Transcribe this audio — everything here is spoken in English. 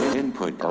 input